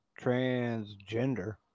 transgender